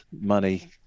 money